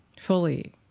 fully